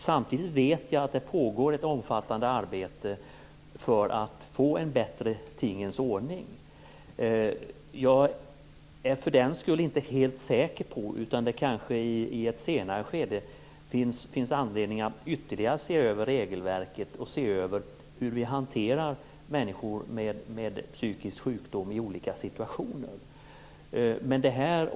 Samtidigt vet jag att det pågår ett omfattande arbete för att få en bättre tingens ordning. Jag är för den skull inte helt säker på detta, utan i ett senare skede kan det finnas anledning att ytterligare se över regelverket och hur människor med psykisk sjukdom hanteras i olika situationer.